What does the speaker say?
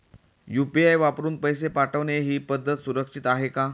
UPI वापरून पैसे पाठवणे ही पद्धत सुरक्षित आहे का?